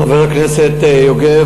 חבר הכנסת יוגב,